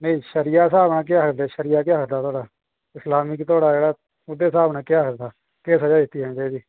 ते शरिया स्हाब कन्नै केह् आक्खदे तुस शरिया केह् आक्कदा थुआढ़ा इस्लामिक स्हाब कन्नै उदा केह् आक्खदा थुआढ़ा केह् आक्खदे भी